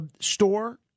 store